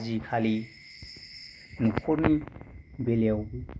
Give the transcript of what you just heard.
आजि खालि नखरनि बेलायावबो